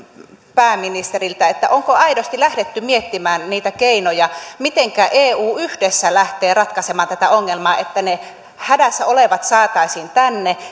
pääministeriltä onko aidosti lähdetty miettimään niitä keinoja mitenkä eu yhdessä lähtee ratkaisemaan tätä ongelmaa että ne hädässä olevat saataisiin tänne